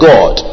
God